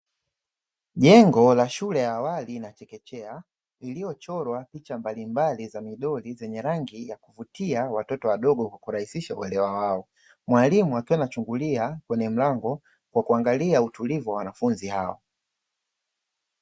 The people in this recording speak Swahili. Jengo la shule ya awali na chekechea, iliyochorwa picha mbalimbali za midoli yenye rangi ya kuvutia watoto wadogo kwa kurahisisha uelewa wao. Mwalimu akiwa anachungulia kwenye mlango, kwa kuangalia utulivu wa wanafunzi hao.